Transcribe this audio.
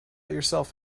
yourself